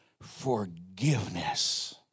forgiveness